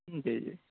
جی جی